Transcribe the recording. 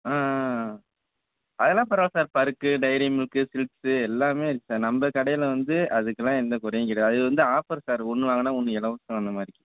ஆ ஆ ஆ அதெல்லாம் பரவாயில்ல பருக்கு டைரி மில்க்கு சில்க்ஸு எல்லாமே இருக்குது சார் நம்ம கடையில் வந்து அதுக்கெல்லாம் எந்தக் குறையும் கிடையாது அது வந்து ஆஃபர் சார் ஒன்று வாங்கினா ஒன்று இலவசம் அந்த மாதிரி